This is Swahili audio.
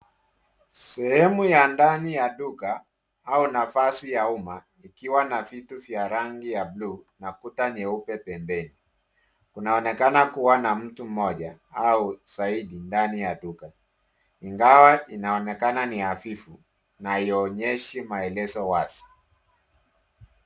Sehemu ya ndani ya duka au nafasi ya umma ikiwa na vitu vya rangi ya bluu na kuta nyeupe pembeni. Kunaonekana kuwa na mtu mmoja au zaidi ndani ya duka ingawa inaonekana ni hafifu na haionyeshi maelezo wazi.